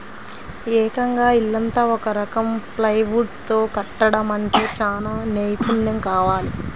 ఏకంగా ఇల్లంతా ఒక రకం ప్లైవుడ్ తో కట్టడమంటే చానా నైపున్నెం కావాలి